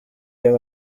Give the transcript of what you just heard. ayo